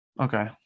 Okay